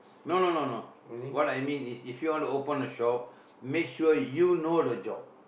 no no no no what I mean is if you want to open a shop make sure you know the job